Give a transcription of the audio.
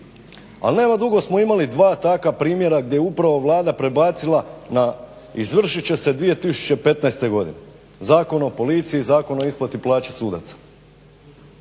al nema dugo smo imali dva takva primjera gdje upravo Vlada prebacila na izvršit će se 2015. godine, Zakon o policiji, Zakon o isplati plaće sudaca